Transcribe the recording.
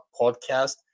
Podcast